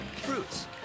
fruits